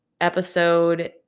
episode